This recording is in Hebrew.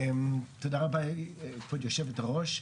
תודה רבה כבוד יושבת הראש.